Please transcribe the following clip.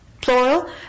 plural